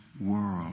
world